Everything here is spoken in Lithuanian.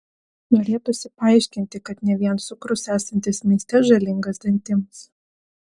norėtųsi paaiškinti kad ne vien cukrus esantis maiste žalingas dantims